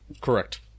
Correct